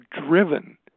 driven